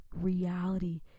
reality